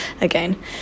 again